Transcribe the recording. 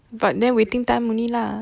but then waiting time only lah